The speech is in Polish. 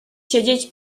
siedzieć